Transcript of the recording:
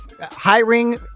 hiring